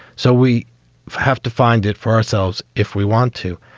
so we have to find it for ourselves if we want to.